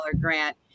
grant